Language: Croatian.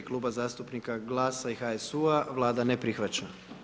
Kluba zastupnika GLAS-a i HSU-a, Vlada ne prihvaća.